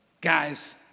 Guys